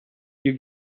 you